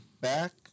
Back